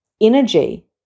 Energy